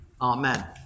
Amen